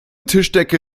tischdecke